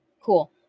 Cool